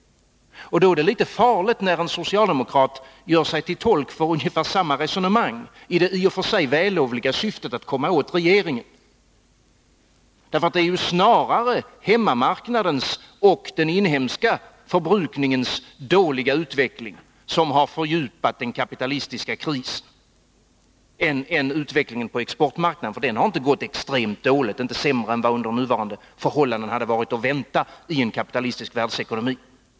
Då är det litet farligt när en socialdemokrat gör sig till tolk för ungefär samma resonemang i det i och för sig vällovliga syftet att komma åt regeringen. Det är ju snarare hemmamarknadens och den inhemska förbrukningens dåliga utveckling som har fördjupat den kapitalistiska krisen än utvecklingen på exportmarknaden. Den har inte varit extremt dålig, inte sämre än vad som under nuvarande förhållanden varit att vänta i en kapitalistisk världsekonomi.